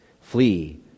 flee